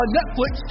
Netflix